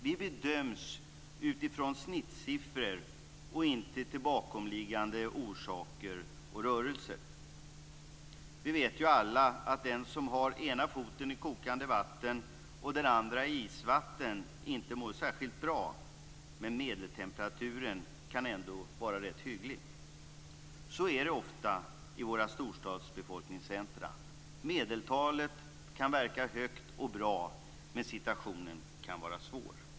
Vi bedöms utifrån snittsiffror, inte efter bakomliggande orsaker och rörelser. Vi vet alla att den som har ena foten i kokande vatten och den andra i isvatten inte mår särskilt bra, men medeltemperaturen kan ändå vara rätt hygglig. Så är det ofta i våra storstadsbefolkningscentrum. Medeltalet kan verka högt och bra, men situationen kan vara svår.